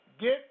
get